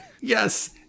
Yes